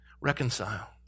Reconcile